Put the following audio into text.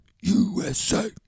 USA